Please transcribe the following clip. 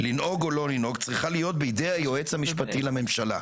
"צריכה להיות בידי היועץ המשפטי לממשלה".